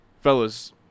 Fellas